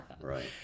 Right